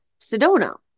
Sedona